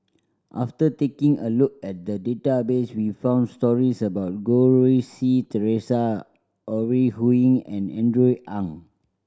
after taking a look at the database we found stories about Goh Rui Si Theresa Ore Huiying and Andrew Ang